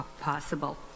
possible